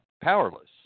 powerless